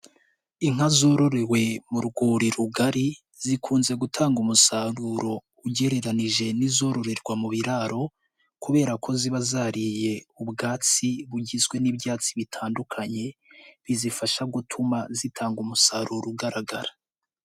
Inka zororewe mu rwuri rugari, zikunze gutanga umusaruro ugereranije n'izororerwa mu biraro kubera ko ziba zariye ubwatsi bugizwe n'ibyatsi bitandukanye, bizifasha gutuma zitanga umusaruro ugaragara.